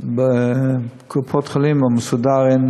שאין בהם קופות-חולים באופן מסודר.